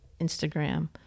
Instagram